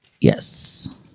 Yes